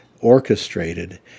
orchestrated